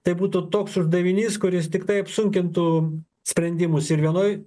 tai būtų toks uždavinys kuris tiktai apsunkintų sprendimus ir vienoj